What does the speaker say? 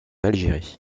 algérie